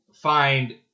find